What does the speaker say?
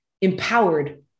empowered